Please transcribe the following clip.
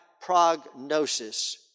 prognosis